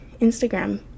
Instagram